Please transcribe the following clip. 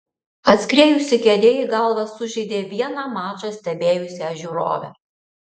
atskriejusi kėdė į galvą sužeidė vieną mačą stebėjusią žiūrovę